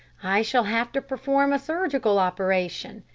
i shall have to perform a surgical operation,